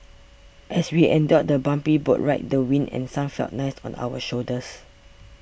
as we endured the bumpy boat ride the wind and sun felt nice on our shoulders